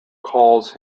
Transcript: calls